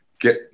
Get